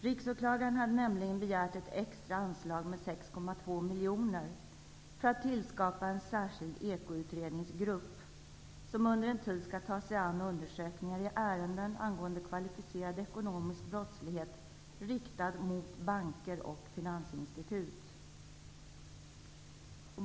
Riksåklagaren har nämligen begärt ett extra anslag med 6,2 miljoner kronor för att tillskapa en särskild ekoutredningsgrupp, som under en tid skall ta sig an undersökningar i ärenden angående kvalificerad ekonomisk brottslighet riktad mot banker och finansinstitut.